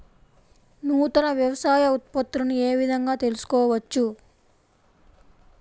నూతన వ్యవసాయ ఉత్పత్తులను ఏ విధంగా తెలుసుకోవచ్చు?